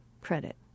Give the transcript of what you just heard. credit